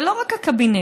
ולא רק הקבינט,